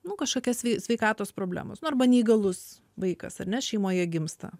nu kažkokia sveikatos problemos nu arba neįgalus vaikas ar ne šeimoje gimsta